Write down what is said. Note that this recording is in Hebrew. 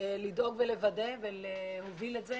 לדאוג ולוודא ולהוביל את זה